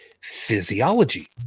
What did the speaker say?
physiology